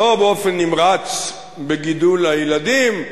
לא באופן נמרץ בגידול הילדים,